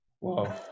Wow